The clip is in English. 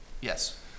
Yes